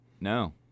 No